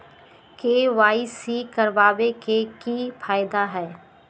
KYC करवाबे के कि फायदा है?